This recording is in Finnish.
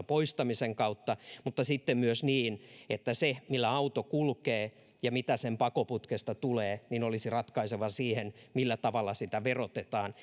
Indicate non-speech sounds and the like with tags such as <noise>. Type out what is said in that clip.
<unintelligible> poistamisen kautta mutta sitten myös niin että se millä auto kulkee ja mitä sen pakoputkesta tulee olisi ratkaisevaa siinä millä tavalla sitä verotetaan <unintelligible>